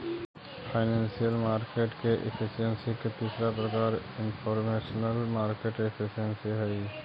financial market efficiency के तीसरा प्रकार इनफॉरमेशनल मार्केट एफिशिएंसी हइ